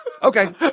Okay